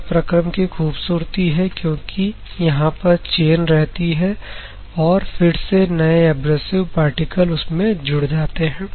यह प्रक्रम खूबसूरती है क्योंकि यहां पर चैन रहती है और फिर से नए एब्रेसिव पार्टिकल उस में जुड़ जाते हैं